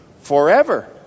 forever